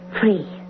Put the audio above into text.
free